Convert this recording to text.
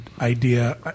idea